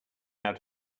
how